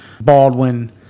Baldwin